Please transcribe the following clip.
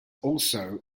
also